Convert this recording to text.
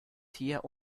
tier